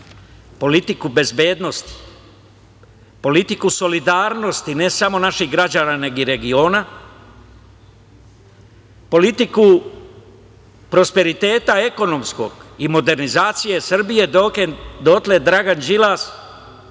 politiku bezbednosti, politiku solidarnosti, ne samo naših građana, nego i regiona, politiku prosperiteta ekonomskog i modernizacije Srbije, dotle Dragan Đilas,